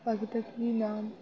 পাখিটার কি নাম